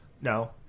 No